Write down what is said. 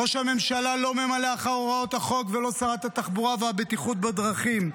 ראש הממשלה לא ממלא אחר הוראות החוק ולא שרת התחבורה והבטיחות בדרכים.